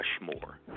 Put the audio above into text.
Rushmore